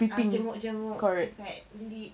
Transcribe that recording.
ah jenguk-jenguk kat lift